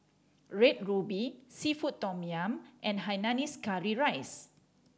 Red Ruby seafood tom yum and hainanese curry rice